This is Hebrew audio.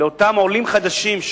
לאותם עולים חדשים,